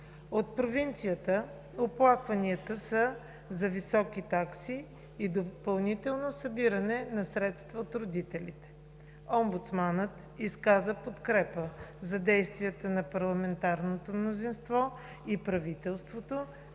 От провинцията оплакванията са за високи такси и допълнително събиране на средства от родителите. Омбудсманът изказа подкрепа за действията на парламентарното мнозинство и правителството